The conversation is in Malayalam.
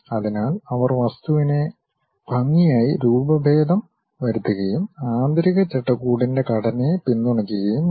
അതിനാൽ അവർ വസ്തുവിനെ ഭംഗിയായി രൂപഭേദം വരുത്തുകയും ആന്തരിക ചട്ടകൂടിൻ്റെ ഘടനയെ പിന്തുണയ്ക്കുകയും വേണം